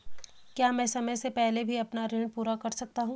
क्या मैं समय से पहले भी अपना ऋण पूरा कर सकता हूँ?